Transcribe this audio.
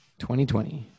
2020